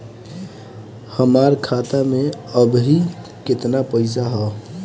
हमार खाता मे अबही केतना पैसा ह?